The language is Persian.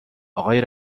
آقای